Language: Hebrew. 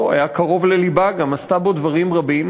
שהיה קרוב ללבה וגם עשתה בו דברים רבים.